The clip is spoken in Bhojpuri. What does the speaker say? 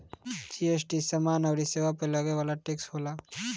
जी.एस.टी समाना अउरी सेवा पअ लगे वाला टेक्स होला